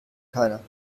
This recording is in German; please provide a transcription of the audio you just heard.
keiner